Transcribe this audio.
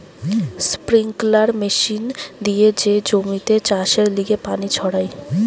sprinkler machine দিয়ে যে জমিতে চাষের লিগে পানি ছড়ায়